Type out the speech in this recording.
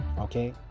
Okay